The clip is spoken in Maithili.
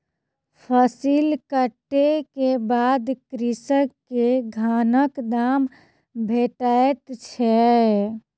फसिल कटै के बाद कृषक के धानक दाम भेटैत छै